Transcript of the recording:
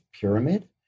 pyramid